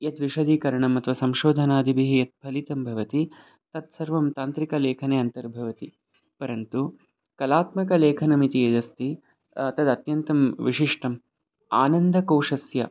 यद् विषदीकरणम् अथवा संशोधनादिभिः यत् फलितं भवति तत् सर्वं तान्त्रिकलेखने अन्तर्भवति परन्तु कलात्मकलेखनमिति यदस्ति तदत्यन्तं विशिष्टं आनन्दकोशस्य